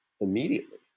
immediately